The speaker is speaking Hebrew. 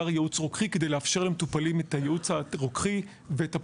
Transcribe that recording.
ייעוץ רוקחי" כדי לאפשר למטופלים את הייעוץ הרוקחי ואת הפרטיות.